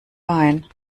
bein